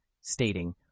stating